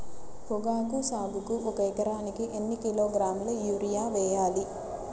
పొగాకు సాగుకు ఒక ఎకరానికి ఎన్ని కిలోగ్రాముల యూరియా వేయాలి?